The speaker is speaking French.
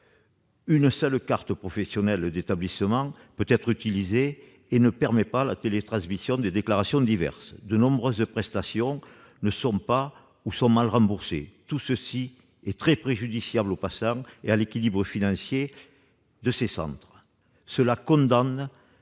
Seule une carte professionnelle d'établissement peut être utilisée et celle-ci ne permet pas la télétransmission des déclarations diverses. De nombreuses prestations ne sont pas ou sont mal remboursées. Tout cela est très préjudiciable au patient et à l'équilibre financier de ces centres. La mise